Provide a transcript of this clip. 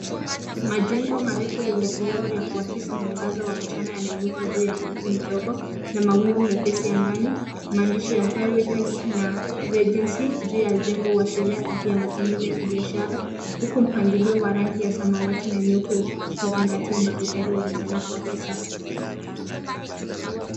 Majengo marefu enye vioo vya kuagizi mwangaza ya mchana yanainuka juu ya miti midogo na mawingu mepezi angani, Maandishi ya Highway Heigh na Regency juu ya jengo uashiria afya ya matumizi ya kibiashara, huku mpangilio wa rangi ya samawati na nyeupe ukizangatia umaridadi wa usanifu wa kisasa.